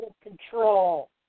control